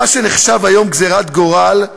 מה שנחשב היום גזירת גורל,